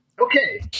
Okay